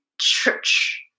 church